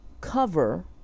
cover